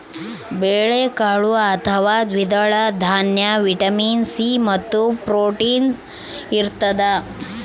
ಬೇಳೆಕಾಳು ಅಥವಾ ದ್ವಿದಳ ದಾನ್ಯ ವಿಟಮಿನ್ ಸಿ ಮತ್ತು ಪ್ರೋಟೀನ್ಸ್ ಇರತಾದ